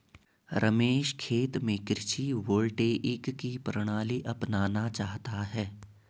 रमेश खेत में कृषि वोल्टेइक की प्रणाली अपनाना चाहता है